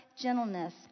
gentleness